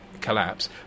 collapse